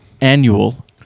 annual